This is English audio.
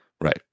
Right